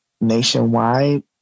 Nationwide